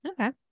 Okay